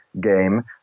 game